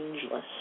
Changeless